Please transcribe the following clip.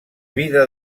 vida